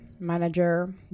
manager